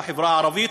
לחברה הערבית: